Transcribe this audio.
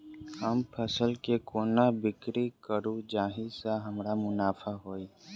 हम फसल केँ कोना बिक्री करू जाहि सँ हमरा मुनाफा होइ?